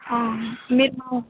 మీరు మా